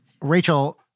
Rachel